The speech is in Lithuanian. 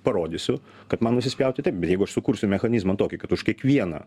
parodysiu kad man nusispjauti taip bet jeigu aš sukursiu mechanizmą tokį kad už kiekvieną